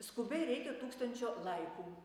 skubiai reikia tūkstančio laikų